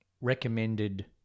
recommended